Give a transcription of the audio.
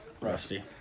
Rusty